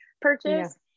purchase